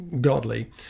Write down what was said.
godly